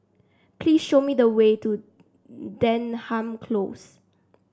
please show me the way to Denham Close